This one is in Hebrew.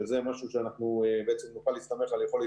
שזה משהו שאנחנו בעצם נוכל להסתמך על יכולת